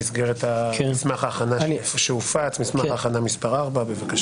במסגרת מסמך ההכנה מס' 4, שהופץ.